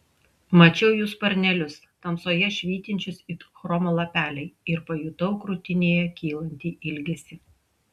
mačiau jų sparnelius tamsoje švytinčius it chromo lapeliai ir pajutau krūtinėje kylantį ilgesį